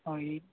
ଆ